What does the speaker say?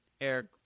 Eric –